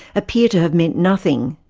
appear to have meant nothing.